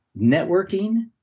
Networking